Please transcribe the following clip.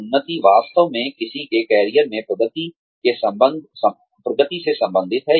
उन्नति वास्तव में किसी के करियर में प्रगति से संबंधित है